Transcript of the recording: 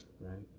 right